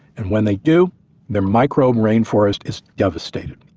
and when they do their microbe rainforest is devastated.